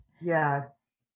Yes